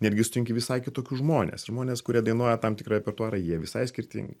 netgi sutinki visai kitokius žmones žmones kurie dainuoja tam tikrą repertuarą jie visai skirtingi